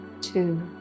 two